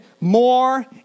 more